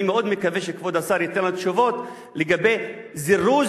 אני מאוד מקווה שכבוד השר ייתן לנו תשובות לגבי זירוז,